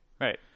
Right